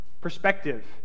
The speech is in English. perspective